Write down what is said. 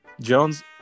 Jones